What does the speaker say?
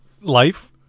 Life